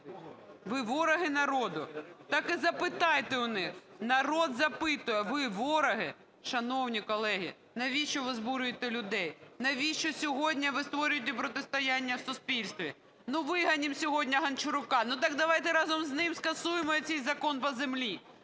Ви – вороги народу?" Так і запитайте у них… Народ запитує: ви – вороги? Шановні колеги, навіщо ви збурюєте людей, навіщо сьогодні ви створюєте протистояння в суспільстві? Ну, вигонимо сьогодні Гончарука, ну, так давайте разом з ним скасуємо і цей Закон по землі.